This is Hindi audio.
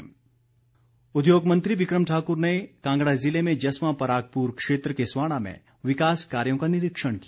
बिक्रम ठाकुर उद्योग मंत्री बिक्रम ठाकुर ने कांगड़ा ज़िले में जसवां परागपुर क्षेत्र के स्वाणा में विकास कार्यों का निरीक्षण किया